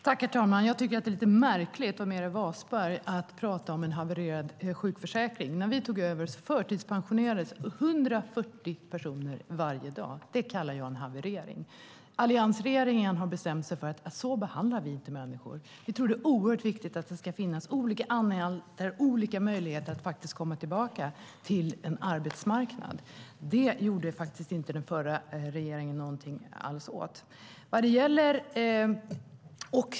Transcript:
Herr talman! Jag tycker att det är lite märkligt av Meeri Wasberg att tala om en havererad sjukförsäkring. När vi tog över förtidspensionerades 140 personer varje dag. Det kallar jag en haverering. Alliansregeringen har bestämt sig för att så behandlar inte vi människor. Vi tror att det är oerhört viktigt att det finns olika möjligheter att komma tillbaka till arbetsmarknaden. Det gjorde inte den förra regeringen någonting alls åt.